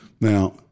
Now